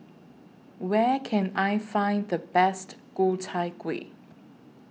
Where Can I Find The Best Ku Chai Kuih